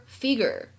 figure